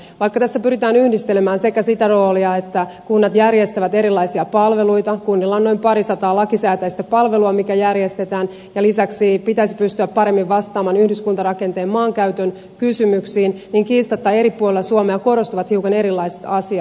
vaikka tässä pyritään yhdistelemään sitä roolia että kunnat järjestävät erilaisia palveluita kunnilla on noin parisataa lakisääteistä palvelua mitkä järjestetään ja lisäksi pitäisi pystyä paremmin vastaamaan yhdyskuntarakenteen maankäytön kysymyksiin niin kiistatta eri puolilla suomea korostuvat hiukan erilaiset asiat